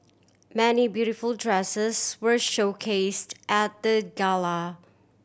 many beautiful dresses were showcased at the gala